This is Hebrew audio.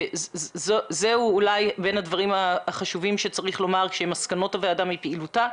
זה אולי בין הדברים החשובים שצריך לומר במסקנות הוועדה על פעילותה.